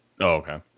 okay